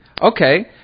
Okay